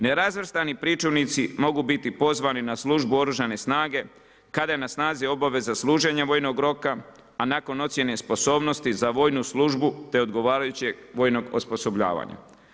Nerazvrstani pričuvnici mogu biti pozvani na službu oružane snage, kada je na snazi obaveza služena vojnog roka, a nakon ocjene sposobnosti za vojnu službu te odgovarajućeg vojnog osposobljavanja.